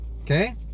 Okay